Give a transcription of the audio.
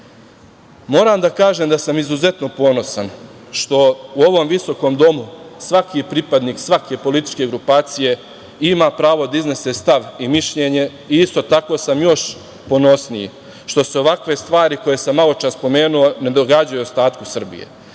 da kažem da sam izuzetno ponosan što u ovom visokom domu svaki pripadnik svake političke grupacije ima pravo da iznese stav i mišljenje i isto tako sam još ponosniji što se ovakve stvari koje sam maločas pomenuo ne događaju ostatku Srbije.